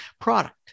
product